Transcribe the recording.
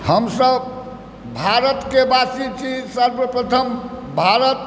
हमसब भारतके वासी छी सर्वप्रथम भारत